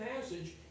passage